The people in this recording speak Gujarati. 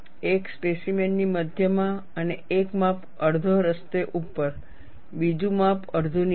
એક સ્પેસીમેન ની મધ્યમાં અને એક માપ અડધો રસ્તે ઉપર બીજું માપ અડધું નીચે